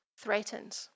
threatened